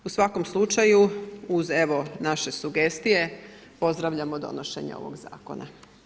U svakom slučaju uz evo naše sugestije, pozdravljamo donošenje ovog zakona.